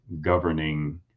governing